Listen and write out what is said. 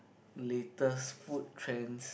latest food trend